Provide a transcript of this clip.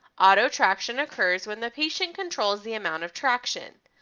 auto traction occurs when the patient controls the amount of traction.